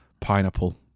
Pineapple